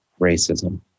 racism